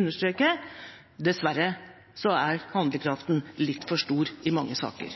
understreke at dessverre er handlekraften litt for stor i mange saker.